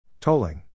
Tolling